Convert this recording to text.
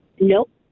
Nope